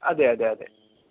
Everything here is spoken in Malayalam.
അതെയതെയതെ